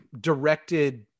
directed